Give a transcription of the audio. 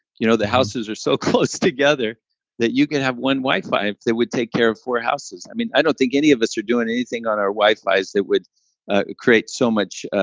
you know the houses were so close together that you could have one wi-fi that would take care of four houses. i mean, i don't think any of us are doing anything on our wi-fis that would ah create so much